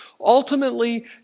Ultimately